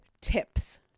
tips